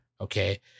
Okay